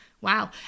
Wow